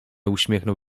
uśmiechnął